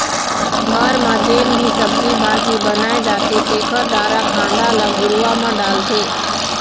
घर म जेन भी सब्जी भाजी बनाए जाथे तेखर डारा खांधा ल घुरूवा म डालथे